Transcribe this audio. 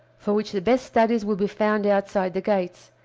for which the best studies will be found outside the gates,